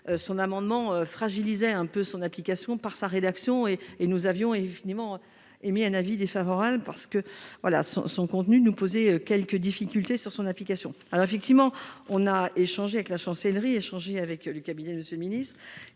son amendement fragilisé un peu son application par sa rédaction et et nous avions effectivement émis un avis défavorable, parce que voilà, son contenu nous poser quelques difficultés sur son application, alors effectivement on a échangé avec la Chancellerie, échanger avec le cabinet de ce ministre